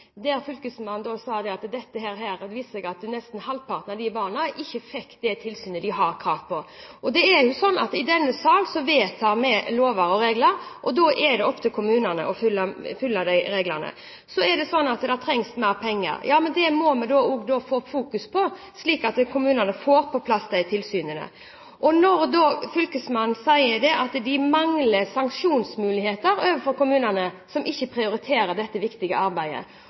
der fylkesmannen sa at her viser det seg at nesten halvparten av barna ikke fikk det tilsynet de har krav på. I denne sal vedtar vi lover og regler, og da er det opp til kommunene å følge de reglene. Det trengs mer penger – ja, men da må vi få fokus på det, slik at kommunene får på plass de tilsynene. Når fylkesmannen sier at de mangler sanksjonsmuligheter overfor kommunene som ikke prioriterer dette viktige arbeidet,